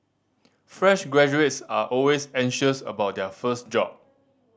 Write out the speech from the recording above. fresh graduates are always anxious about their first job